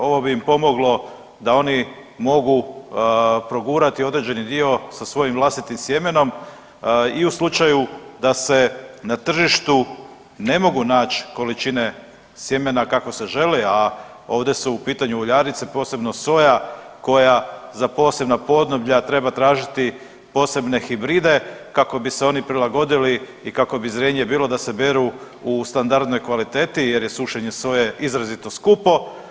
Ovo bi im pomoglo da oni mogu progurati određeni dio sa svojim vlastitim sjemenom i u slučaju da se na tržištu ne mogu nać količine sjemena kako se želi, a ovdje su u pitanju uljarice, posebno soja koja za posebna podneblja treba tražiti posebne hibride kako bi se oni prilagodili i kako bi zrenje bilo da se beru u standardnoj kvaliteti jer je sušenje soje izrazito skupo.